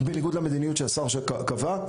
בניגוד למדיניות שהשר קבע,